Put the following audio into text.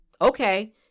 Okay